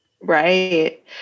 Right